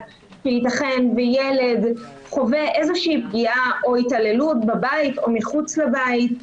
שייתכן וילד חווה איזו שהיא פגיעה או התעללות בבית או מחוץ לבית,